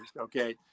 okay